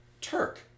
Turk